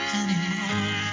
anymore